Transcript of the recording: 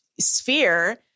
sphere